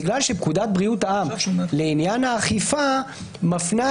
בגלל שפקודת בריאות העם לעניין האכיפה מפנה